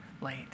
late